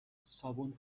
صابون